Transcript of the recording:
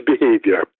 behavior